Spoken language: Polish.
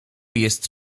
jest